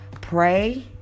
Pray